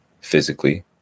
physically